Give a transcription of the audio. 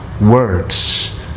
words